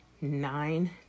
nine